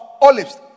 Olives